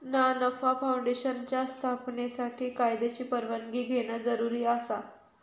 ना नफा फाऊंडेशनच्या स्थापनेसाठी कायद्याची परवानगी घेणा जरुरी आसा